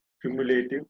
cumulative